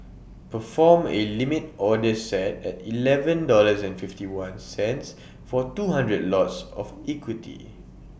perform A limit order set at Eleven dollars and fifty one cents for two hundred lots of equity